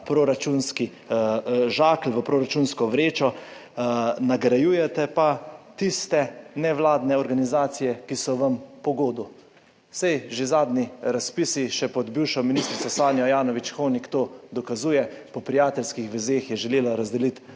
ta proračunski žakelj, v proračunsko vrečo, nagrajujete pa tiste nevladne organizacije, ki so vam po godu. Saj že zadnji razpisi, še pod bivšo ministrico Sanjo Ajanović Hovnik, to dokazuje. Po prijateljskih vezeh je želela razdeliti